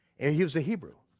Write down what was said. and he was a hebrew,